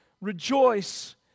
rejoice